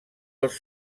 els